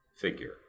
figure